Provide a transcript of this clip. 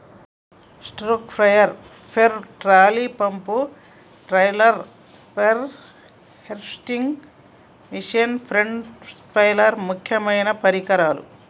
stroke sprayer pump, trolley pump, trailer sprayer, harvesting machine, పేడ స్పైడర్ ముక్యమైన పరికరాలు